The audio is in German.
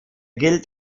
gilt